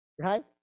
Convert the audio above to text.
Right